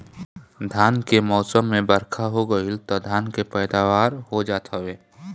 धान के मौसम में बरखा हो गईल तअ धान के पैदावार हो जात हवे